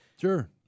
Sure